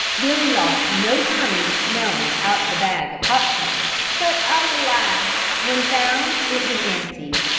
billy lost no time in smelling out the bag of pop-corn but alas! when found, it was empty.